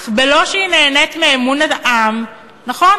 אך בלא שהיא נהנית מאמון העם" נכון?